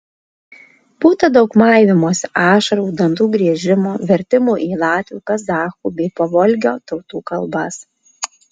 būta daug maivymosi ašarų dantų griežimo vertimų į latvių kazachų bei pavolgio tautų kalbas